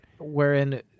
wherein